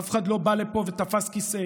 אף אחד לא בא לפה ותפס כיסא.